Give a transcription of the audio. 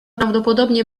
prawdopodobnie